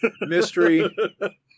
mystery